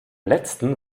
letzten